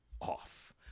off